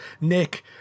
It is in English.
nick